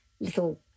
little